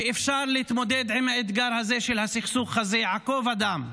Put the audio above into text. שאפשר להתמודד עם האתגר הזה של הסכסוך הזה העקוב מדם.